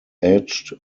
edged